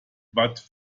but